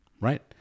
right